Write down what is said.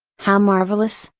how marvelous,